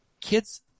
Kids